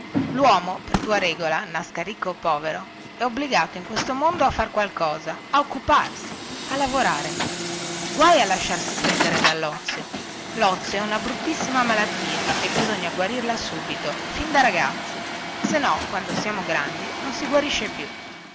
luomo per tua regola nasca ricco o povero è obbligato in questo mondo a far qualcosa a occuparsi a lavorare guai a lasciarsi prendere dallozio lozio è una bruttissima malattia e bisogna guarirla subito fin da ragazzi se no quando siamo grandi non si guarisce più